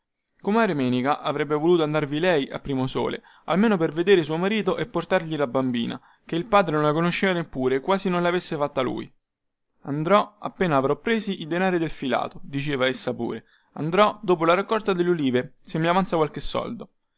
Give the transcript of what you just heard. bianchi comare menica avrebbe voluto andarvi lei a primosole almeno per vedere suo marito e portargli la bambina chè il padre non la conosceva neppure quasi non lavesse fatta lui andrò appena avrò presi i denari del filato diceva essa pure andrò dopo la raccolta delle ulive se mi avanza qualche soldo